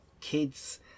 kids